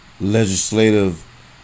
legislative